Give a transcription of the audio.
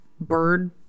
bird